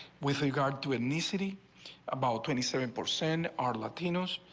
with regard to in the city about twenty seven percent are latinos.